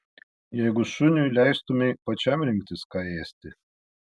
jeigu šuniui leistumei pačiam rinktis ką ėsti